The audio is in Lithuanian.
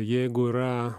jeigu yra